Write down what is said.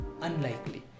unlikely